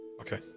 Okay